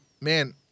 man